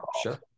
sure